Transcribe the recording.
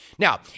Now